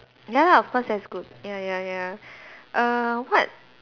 ya of course same school ya ya ya err what